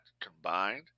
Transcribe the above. combined